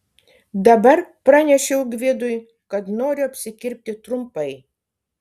dabar pranešiau gvidui kad noriu apsikirpti trumpai